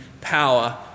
power